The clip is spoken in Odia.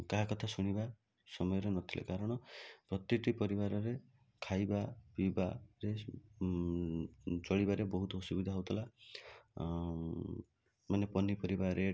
କାହା କଥା ଶୁଣିବା ସମୟରେ ନଥିଲେ କାରଣ ପ୍ରତିଟି ପରିବାରରେ ଖାଇବା ପିଇବାରେ ଚଳିବାରେ ବହୁତ ଅସୁବିଧା ହଉଥିଲା ମାନେ ପନିପରିବା ରେଟ୍